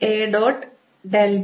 BA